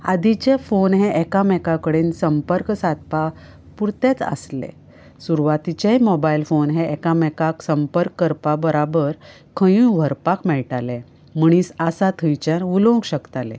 आदीचे phone हे एकामेका कडेन संपर्क सादपाक पुरतेच आसले सुरवातीचे मोबायल फोन हे एकामेकांक संपर्क करपाक बराबर खंयूय व्हरपाक मेळटाले मनीस आसा थंयच्यान उलोवंक शकताले